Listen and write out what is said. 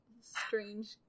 Strange